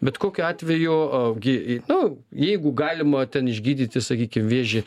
bet kokiu atveju gi nu jeigu galima ten išgydyti sakykim vėžį